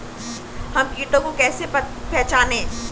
हम कीटों को कैसे पहचाने?